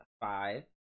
five